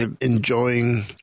enjoying